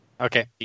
Okay